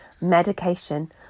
Medication